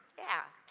yeah.